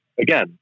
again